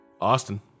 Austin